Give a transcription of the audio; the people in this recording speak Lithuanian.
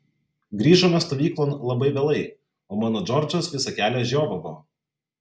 grįžome stovyklon labai vėlai o mano džordžas visą kelią žiovavo